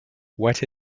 what